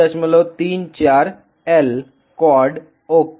134 L quad okay